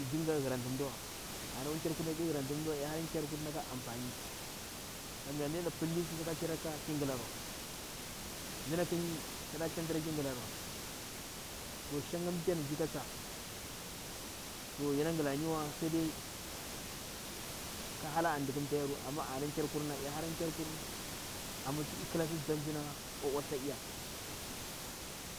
E dinga ghuranti maduwa ana akwa kerkurna yaɗi ghuranti mduwa l hana kar kurunna ka anfani, kamya mda ɗena pilli su saka lranka ki ngilawa, mdana kmita ɗa tshentra ki ghilawa; so shanga mda ti yar ndze ka tsa yana ghilaniwa saide ka hala an dikun ni. kerkur na, ehara kerkur ka mmii na oala oala.